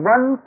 One